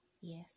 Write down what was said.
yes